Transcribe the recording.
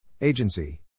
Agency